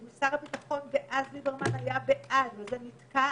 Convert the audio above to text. ושר הביטחון אז ליברמן היה בעד וזה נתקע.